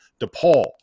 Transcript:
DePaul